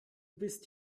bist